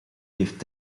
heeft